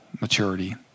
maturity